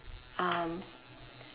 um